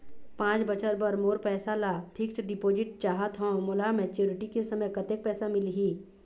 पांच बछर बर मोर पैसा ला फिक्स डिपोजिट चाहत हंव, मोला मैच्योरिटी के समय कतेक पैसा मिल ही?